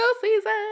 season